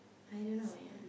I don't know man